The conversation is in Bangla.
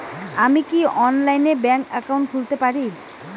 আমি কি অনলাইনে ব্যাংক একাউন্ট খুলতে পারি?